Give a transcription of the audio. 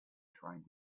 trying